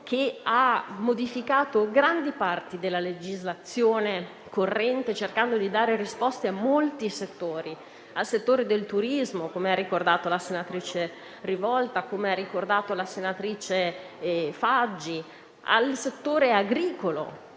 che ha modificato grandi parti della legislazione corrente, cercando di dare risposte a molti settori; al settore del turismo, come hanno ricordato le senatrici Rivolta e Faggi; al settore agricolo,